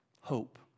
Hope